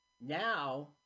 Now